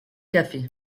café